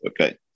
okay